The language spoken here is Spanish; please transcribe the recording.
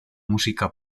música